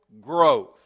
growth